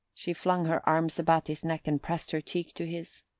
she flung her arms about his neck and pressed her cheek to his.